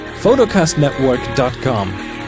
Photocastnetwork.com